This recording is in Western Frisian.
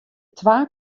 twa